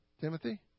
Timothy